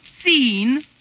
seen